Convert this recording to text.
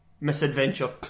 misadventure